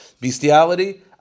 bestiality